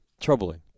troubling